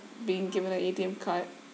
being given a A_T_M card